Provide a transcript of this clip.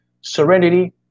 Serenity